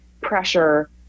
pressure